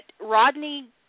Rodney